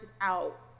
out